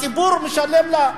הציבור משלם לה.